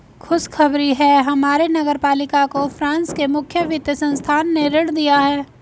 खुशखबरी है हमारे नगर पालिका को फ्रांस के मुख्य वित्त संस्थान ने ऋण दिया है